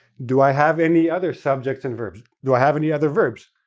do i have any other subjects and verbs? do i have any other verbs?